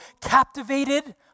captivated